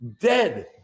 dead